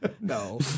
No